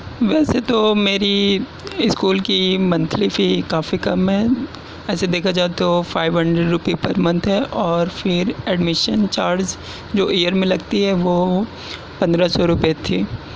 ویسے تو میری اسکول کی منتھلی فی کافی کم ہے ایسے دیکھا جائے تو five hundred rupee per month ہے اور پھر ایڈمیشن چارج جو ایئر میں لگتی ہے وہ پندرہ سو روپئے تھی